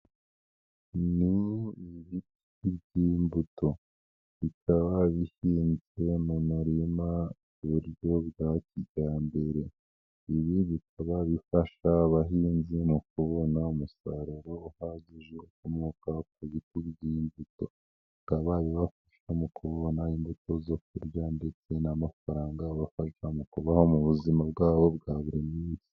Ni ibiti by'imbuto, bikaba bihinze mu murima ku buryo bwa kijyambere, ibi bikaba bifasha abahinzi mu kubona umusaruro uhagije ukomoka ku biti by'imbuto, bikaba bibafasha mu kubona imbuto zo kurya ndetse n'amafaranga abafasha mu kubaho mu buzima bwabo bwa buri munsi.